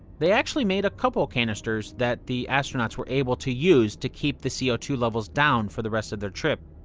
they actually made a couple canisters that the astronauts were able to use to keep the c o two levels down for the rest of their trip.